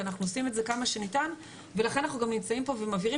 אנחנו עושים את זה כמה שניתן ולכן אנחנו גם נמצאים פה ומבהירים